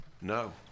No